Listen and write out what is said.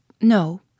No